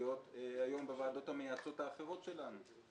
היום להיות בוועדות המייעצות האחרות שלנו.